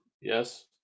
Yes